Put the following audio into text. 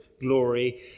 glory